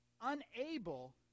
unable